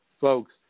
Folks